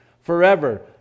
Forever